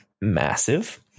massive